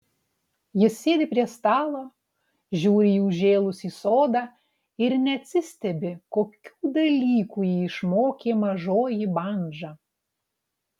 jis sėdi prie stalo žiūri į užžėlusį sodą ir neatsistebi kokių dalykų jį išmokė mažoji bandža